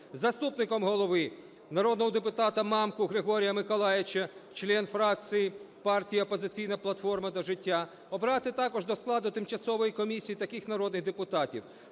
заступником голови - народного депутата Мамку Григорія Миколайовича (член фракції партії "Опозиційна платформа – За життя"). Обрати також до складу тимчасової комісії таких народний депутатів: